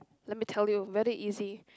let me tell you whether easy